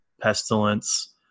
pestilence